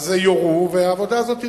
יורו, והעבודה הזאת תתבצע.